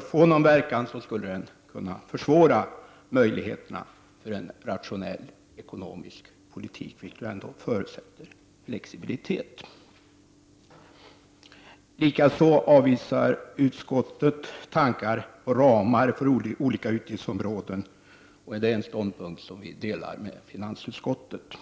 få någon verkan skulle den kunna försvåra möjligheterna till en rationell ekonomisk politik, vilken ändå förutsätter flexibilitet. Likaså avvisar utskottet tankar på ramar för olika utgiftsområden. Det är en ståndpunkt som vi delar med finansutskottet.